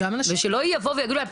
שלא יבואו ויגידו להם,